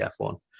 F1